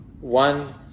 One